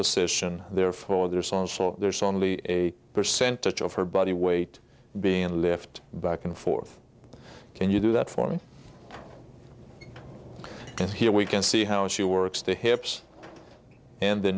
position therefore there's also there's only a percentage of her body weight being lifted back and forth can you do that for me and here we can see how she works the hips and the